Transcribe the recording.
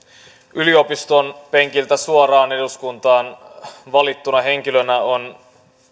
yliopiston penkiltä suoraan eduskuntaan valittuna henkilönä on